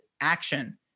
action